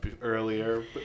earlier